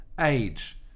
age